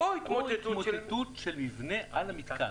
או התמוטטות של מבנה על המתקן",